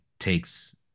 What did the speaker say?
takes